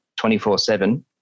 24-7